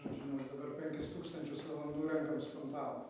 žodžiu mes dabar penkis tūkstančius valandų renkam spontaną